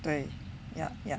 对 ya ya